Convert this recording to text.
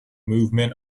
movement